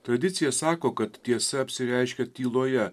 tradicija sako kad tiesa apsireiškia tyloje